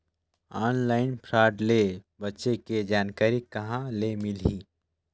Online fraud ले बचे के जानकारी कहां ले मिलही?